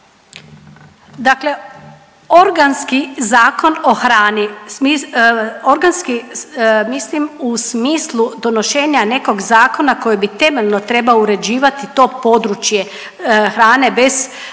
Dakle organski Zakon o hrani, organski mislim u smislu donošenja nekog zakona koji bi temeljno trebao uređivati to područje hrane bez nade